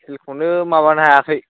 सेलखौनो माबानो हायाखै